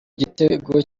gitego